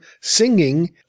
singing